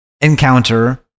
encounter